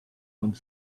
one